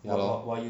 ya lor